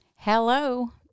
Hello